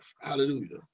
Hallelujah